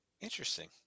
Interesting